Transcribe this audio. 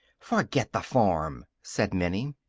forget the farm, said minnie.